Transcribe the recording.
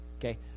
okay